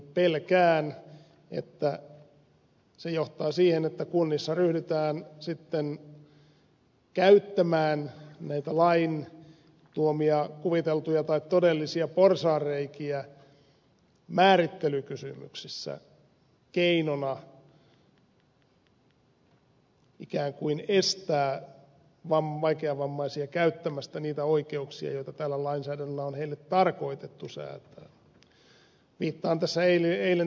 pelkään että se johtaa siihen että kunnissa ryhdytään sitten käyttämään näitä lain tuomia kuviteltuja tai todellisia porsaanreikiä määrittelykysymyksissä keinona ikään kuin estää vaikeavammaisia käyttämästä niitä oikeuksia joita tällä lainsäädännöllä on heille tarkoitettu säätää